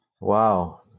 Wow